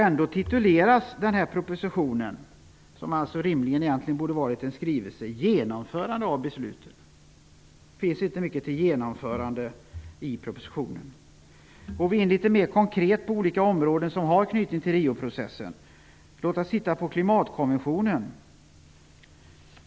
Ändå har denna proposition -- som rimligen borde vara en skrivelse -- en titel som handlar om genomförande av beslut. Det finns inte mycket till genomförande i propositionen. Vi kan litet mer konkret gå in på olika områden som har anknytning till Rioprocessen. Låt oss titta på klimatkonventionen!